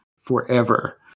forever